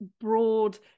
broad